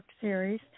Series